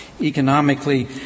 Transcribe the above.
economically